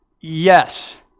Yes